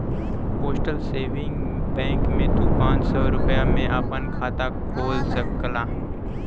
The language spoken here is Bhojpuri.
पोस्टल सेविंग बैंक में तू पांच सौ रूपया में आपन खाता खोल सकला